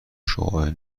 شعاع